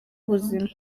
ubuzima